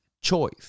choice